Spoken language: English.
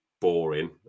boring